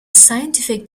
scientific